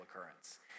occurrence